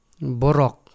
Borok